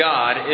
God